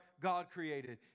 God-created